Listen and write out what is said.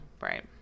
Right